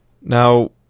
Now